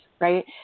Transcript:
right